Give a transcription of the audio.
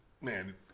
man